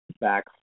back